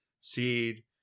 seed